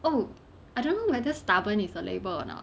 oh I don't know whether stubborn is a label or not